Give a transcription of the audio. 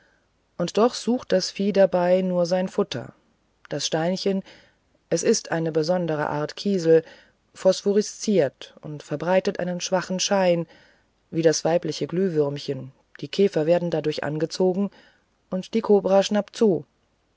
und doch sucht das vieh dabei nur sein futter das steinchen es ist eine besondere art kiesel phosphoresziert und verbreitet einen schwachen schein wie das weibliche glühwürmchen die käfer werden dadurch angezogen und die kobra schnappt sie